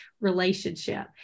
relationship